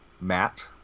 Matt